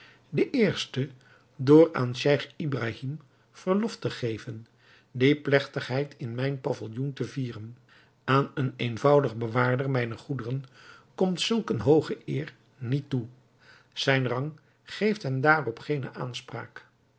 de eerste door aan scheich ibrahim verlof te geven die plegtigheid in mijn pavilloen te vieren aan een eenvoudig bewaarder mijner goederen komt zulk eene hooge eer niet toe zijn rang geeft hem daarop geene aanspraak